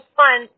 fun